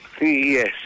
Yes